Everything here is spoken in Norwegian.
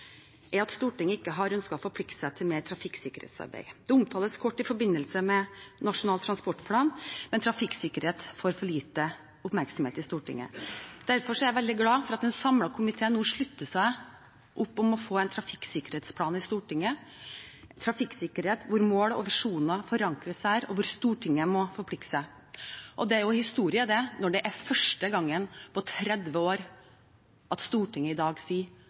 er at Stortinget ikke har ønsket å forplikte seg til mer trafikksikkerhetsarbeid. Det omtales kort i forbindelse med Nasjonal transportplan, men trafikksikkerhet får for lite oppmerksomhet i Stortinget. Derfor er jeg veldig glad for at en samlet komité nå slutter opp om å få en trafikksikkerhetsplan i Stortinget, der mål og visjoner forankres, og der Stortinget må forplikte seg. Det er historisk, når det er første gang på 30 år at Stortinget i dag sier